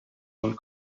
gold